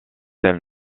elle